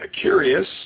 curious